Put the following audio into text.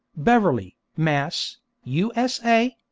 beverly, mass, u s a.